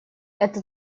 это